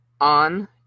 on